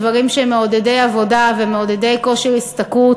דברים שהם מעודדי עבודה ומעודדי כושר השתכרות,